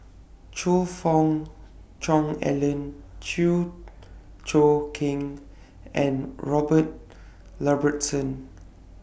Choe Fook Cheong Alan Chew Choo Keng and Robert